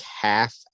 half